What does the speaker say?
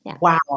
Wow